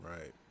right